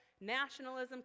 nationalism